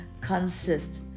consist